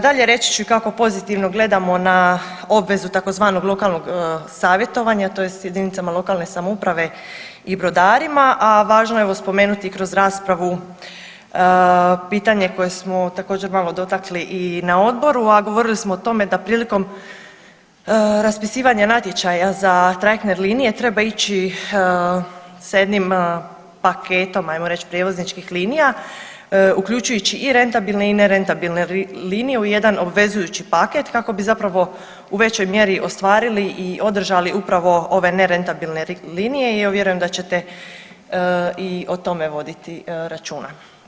Dalje, reći ću i kako pozitivno gledamo na obvezu tzv. lokalnog savjetovanja tj. jedinicama lokalne samouprave i brodarima, a važno je evo spomenuti i kroz raspravu pitanje koje smo također malo dotakli i na odboru, a govorili smo o tome da prilikom raspisivanja natječaja za trajektne linije treba ići sa jednim paketom ajmo reći prijevozničkih linija uključujući i rentabilne i nerentabilne linije u jedan obvezujući paket kako bi zapravo u većoj mjeri ostvarili i održali upravo ove nerentabilne linije i ja vjerujem da ćete i o tome voditi računa.